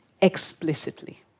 explicitly